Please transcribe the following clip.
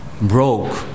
broke